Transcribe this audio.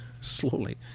slowly